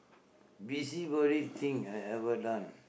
busybody thing I ever done